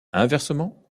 inversement